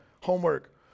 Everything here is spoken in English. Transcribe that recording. homework